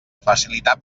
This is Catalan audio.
facilitar